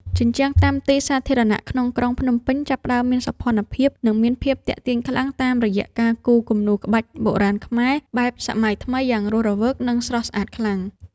ជញ្ជាំងតាមទីសាធារណៈក្នុងក្រុងភ្នំពេញចាប់ផ្ដើមមានសោភ័ណភាព និងមានភាពទាក់ទាញខ្លាំងតាមរយៈការគូរគំនូរក្បាច់បុរាណខ្មែរបែបសម័យថ្មីយ៉ាងរស់រវើក និងស្រស់ស្អាតខ្លាំង។